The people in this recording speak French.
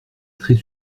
très